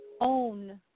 own